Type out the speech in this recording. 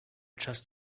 just